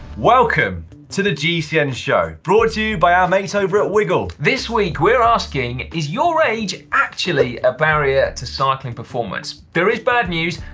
welcome to the gcn show, brought to you by our mates over at wiggle. this week we're asking, is your age actually a barrier to cycling performance? there is bad news,